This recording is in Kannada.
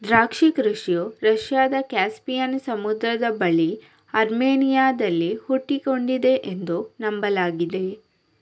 ದ್ರಾಕ್ಷಿ ಕೃಷಿಯು ರಷ್ಯಾದ ಕ್ಯಾಸ್ಪಿಯನ್ ಸಮುದ್ರದ ಬಳಿ ಅರ್ಮೇನಿಯಾದಲ್ಲಿ ಹುಟ್ಟಿಕೊಂಡಿದೆ ಎಂದು ನಂಬಲಾಗಿದೆ